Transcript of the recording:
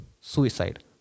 suicide